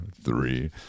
three